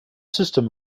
system